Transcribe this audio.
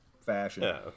fashion